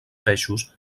peixos